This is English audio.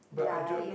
like